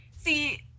see